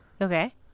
Okay